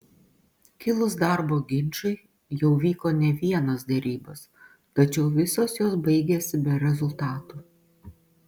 kilus darbo ginčui jau vyko ne vienos derybos tačiau visos jos baigėsi be rezultatų